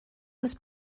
was